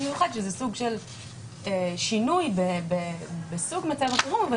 מיוחד שזה סוג של שינוי בסוג מצב החירום,